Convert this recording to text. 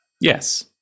Yes